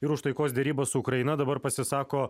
ir už taikos derybas su ukraina dabar pasisako